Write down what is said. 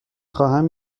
خواهم